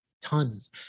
Tons